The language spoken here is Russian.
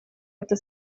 это